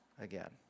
again